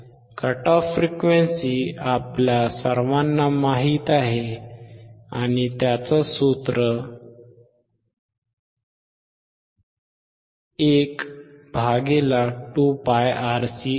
cut off frequency आपल्या सर्वांना माहित आहे कट ऑफ फ्रीक्वेंसी 12πRC आहे